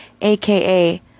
aka